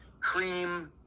cream